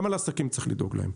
גם על עסקים צריך לדאוג להם.